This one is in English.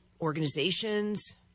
organizations